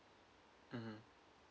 mmhmm